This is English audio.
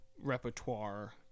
repertoire